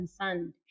concerned